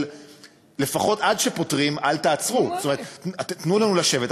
שלפחות עד שפותרים, אל תעצרו, תנו לנו לשבת.